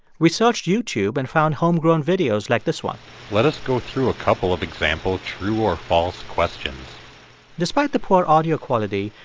we searched youtube and found homegrown videos like this one let us go through a couple of example true-or-false questions despite the poor audio quality,